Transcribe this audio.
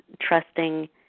trusting